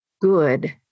good